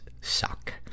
suck